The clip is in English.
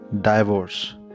divorce